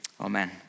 amen